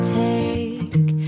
take